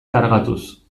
kargatuz